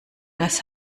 das